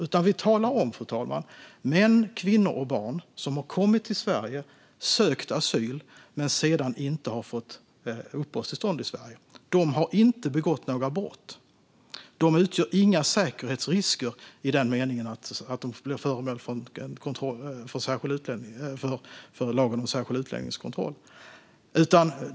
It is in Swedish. Vad vi talar om, fru talman, är män, kvinnor och barn som har kommit till Sverige och sökt asyl men sedan inte fått uppehållstillstånd i Sverige. De har inte begått några brott. De utgör inga säkerhetsrisker i den meningen att de blir föremål för lagen om särskild utlänningskontroll.